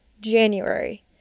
January